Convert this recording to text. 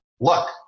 Look